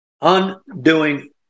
Undoing